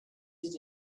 did